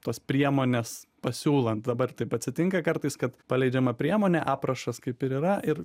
tas priemones pasiūlant dabar taip atsitinka kartais kad paleidžiama priemonė aprašas kaip ir yra ir